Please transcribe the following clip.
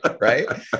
right